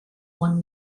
one